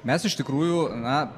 mes iš tikrųjų na